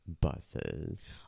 buses